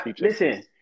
Listen